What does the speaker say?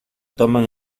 toman